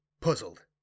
puzzled